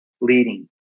leading